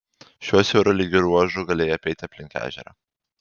šiuo siauru lygiu ruožu galėjai apeiti aplink ežerą